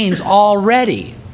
already